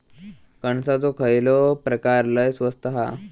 कणसाचो खयलो प्रकार लय स्वस्त हा?